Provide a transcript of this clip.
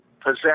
possess